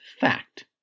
fact